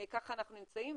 ככה אנחנו נמצאים,